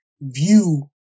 view